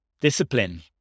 discipline